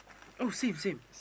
oh same same